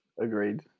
Agreed